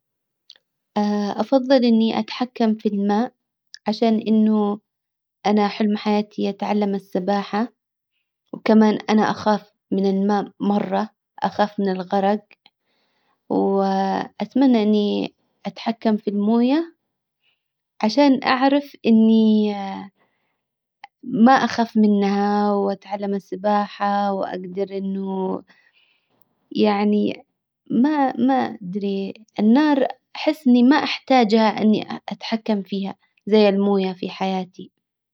افضل اني اتحكم في الماء عشان انه انا حلم حياتي اتعلم السباحة وكمان انا اخاف من الماء مرة اخاف من الغرج واتمنى اني اتحكم في الموية عشان اعرف اني ما اخاف منها واتعلم السباحة واقدر انه يعني ما ما ادري النار احس اني ما احتاجها اني اتحكم فيها زي الموية في حياتي.